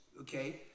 okay